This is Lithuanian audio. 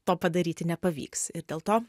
to padaryti nepavyks ir dėl to